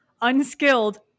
Unskilled